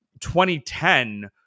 2010